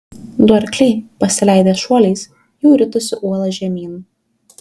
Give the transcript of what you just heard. du arkliai pasileidę šuoliais jau ritosi uola žemyn